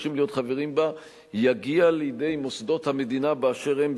ומבקשים להיות חברים בה יגיע לידי מוסדות המדינה באשר הם,